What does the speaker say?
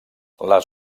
les